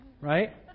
Right